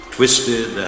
Twisted